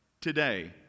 today